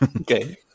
Okay